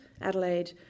Adelaide